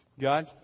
God